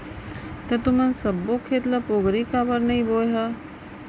त तुमन सब्बो खेत ल पोगरी काबर नइ बोंए ह?